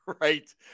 Right